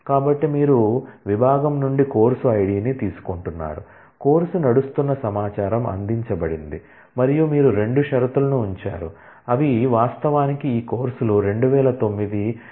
కాబట్టి మీరు విభాగం నుండి కోర్సు ఐడిని తీసుకుంటున్నారు కోర్సు నడుస్తున్న సమాచారం అందించబడింది మరియు మీరు 2 షరతులను ఉంచారు అవి వాస్తవానికి ఈ కోర్సులు 2009 ఫాల్ లో నడిచాయని చెప్పారు